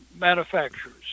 manufacturers